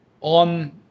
On